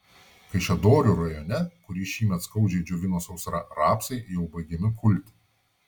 kaišiadorių rajone kurį šįmet skaudžiai džiovino sausra rapsai jau baigiami kulti